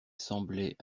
semblait